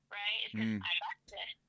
right